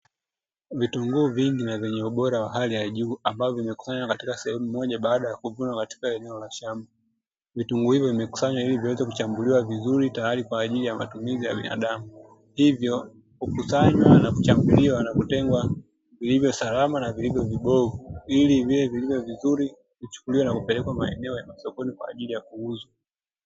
Vitunguu vingi na vyenye ubora wa hali ya juu ambavyo vimekusanywa sehemu moja baada ya kuvunwa kutoka eneo la shamba, vitunguu hivyo vimekusanywa ili viweze kuchambuliwa vizuri tayari kwa ajili ya matumizi ya binadamu, hivyo hukusanywa na kuchambuliwa na kutengwa vilivyosalama na vilivyo vibovu, ili vile vilivyo vizuri huchukuliwa na kupelekwa maeneo ya masokoni kwa ajili ya kuuzwa.